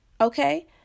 okay